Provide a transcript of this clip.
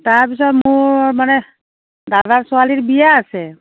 তাৰপিছত মোৰ মানে দাদাৰ ছোৱালীৰ বিয়া আছে